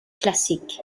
classic